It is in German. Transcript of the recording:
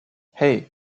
hei